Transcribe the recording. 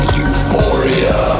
euphoria